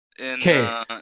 Okay